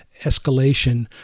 escalation